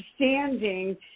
understanding